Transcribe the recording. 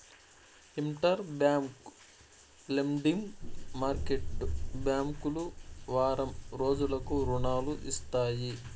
inter bank lending market బ్యాంకులు వారం రోజులకు రుణాలు ఇస్తాయి